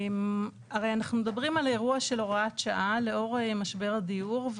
הרי אנחנו מדברים על אירוע של הוראת שעה לאור משבר הדיור,